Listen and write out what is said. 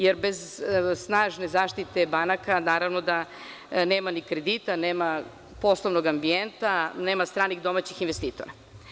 Jer bez snažne zaštite banaka, naravno da nema ni kredita, nema poslovnog ambijenta, nema stranih i domaćih investitora.